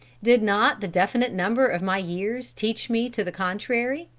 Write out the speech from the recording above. did not the definite number of my years teach me to the contrary,